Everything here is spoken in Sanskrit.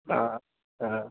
आ हा